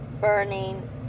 burning